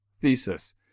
thesis